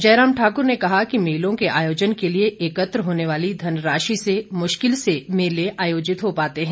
जयराम ठाकुर ने कहा कि मेलों के आयोजन के लिए एकत्र होने वाली धन राशि से मुश्किल से मेले आयोजित हो पाते हैं